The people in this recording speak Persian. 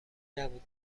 نبود